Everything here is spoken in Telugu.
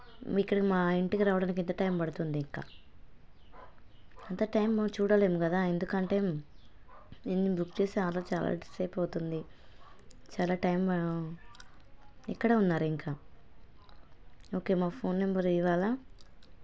మీ ఇక్కడ మా ఇంటికి రావడానికి ఎంత టైమ్ పడుతుంది ఇంకా అంత టైమ్ చూడలేము కదా ఎందుకంటే నేను బుక్ చేసి ఆర్డర్ చాలా సేపు అవుతుంది చాలా టైమ్ ఇక్కడే ఉన్నారు ఇంకా ఓకే మా ఫోన్ నెంబర్ ఇవాళ